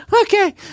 okay